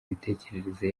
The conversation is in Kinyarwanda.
imitekerereze